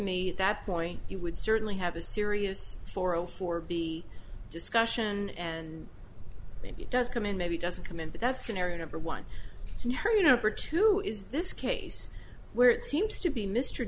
me that point you would certainly have a serious four zero four b discussion and maybe it does come in maybe doesn't come in but that's scenario number one and her you know her too is this case where it seems to be mr